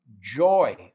joy